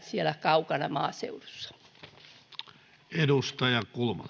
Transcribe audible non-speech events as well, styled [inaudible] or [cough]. [unintelligible] siellä kaukana maaseudulla